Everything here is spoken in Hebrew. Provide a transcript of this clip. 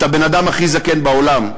את הבן-אדם הכי זקן בעולם.